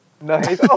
Nice